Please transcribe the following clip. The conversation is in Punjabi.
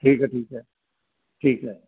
ਠੀਕ ਹੈ ਠੀਕ ਹੈ ਠੀਕ ਹੈ